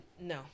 No